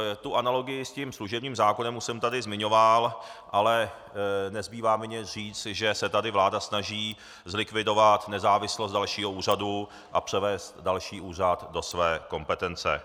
V podstatě tu analogii se služebním zákonem jsem tady už zmiňoval, ale nezbývá mi než říci, že se tady vláda snaží zlikvidovat nezávislost dalšího úřadu a převést další úřad do své kompetence.